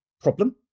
problem